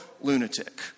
lunatic